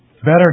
better